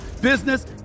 business